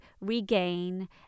regain